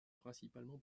principalement